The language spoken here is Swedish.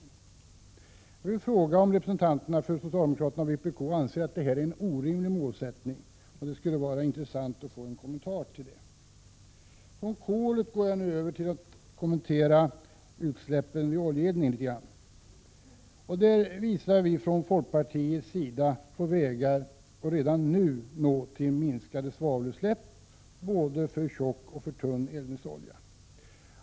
Jag vill fråga om representanterna för socialdemokraterna och vpk anser att detta är ett orimligt mål. Det vore intressant att få en kommentar på den punkten. Från kolet går jag nu över till att kommentera utsläppen vid oljeeldning. Från folkpartiets sida visar vi på vägar att redan nu åstadkomma minskade svavelutsläpp både för tjock och för tunn eldningsolja.